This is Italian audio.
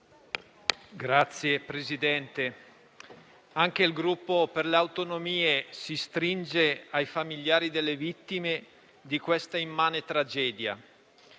Signor Presidente, anche il Gruppo Per le Autonomie si stringe ai familiari delle vittime di questa immane tragedia.